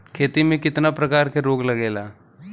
खेती में कितना प्रकार के रोग लगेला?